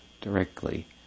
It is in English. directly